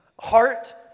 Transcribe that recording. heart